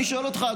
אני שואל אותך,